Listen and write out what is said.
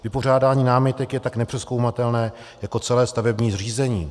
Vypořádání námitek je tak nepřezkoumatelné jako celé stavební řízení.